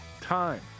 time